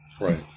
Right